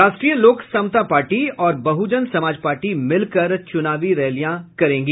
राष्ट्रीय लोक समता पार्टी और बहुजन समाज पार्टी मिलकर चुनाव रैलियां करेंगी